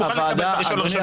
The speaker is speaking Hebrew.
אני מוכן לקבל את ה- 1.1.2025,